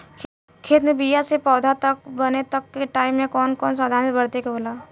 खेत मे बीया से पौधा बने तक के टाइम मे कौन कौन सावधानी बरते के होला?